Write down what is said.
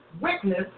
witness